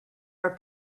are